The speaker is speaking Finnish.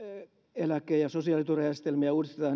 eläke ja sosiaaliturvajärjestelmiä uudistetaan